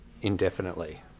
indefinitely